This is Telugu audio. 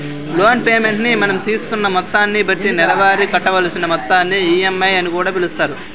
లోన్ పేమెంట్ ని మనం తీసుకున్న మొత్తాన్ని బట్టి నెలవారీ కట్టవలసిన మొత్తాన్ని ఈ.ఎం.ఐ అని కూడా పిలుస్తారు